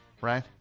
Right